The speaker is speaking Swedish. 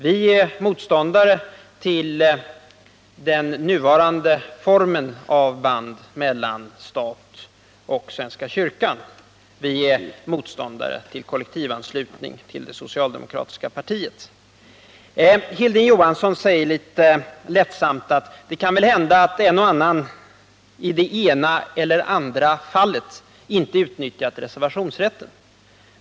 Vi är motståndare till den nuvarande formen av band mellan staten och svenska kyrkan och också motståndare mot kollektivanslutning till det socialdemokratiska partiet. Hilding Johansson säger litet lättsamt att det väl kan hända att en och annan i ett eller annat fall inte utnyttjar reservationsrätten.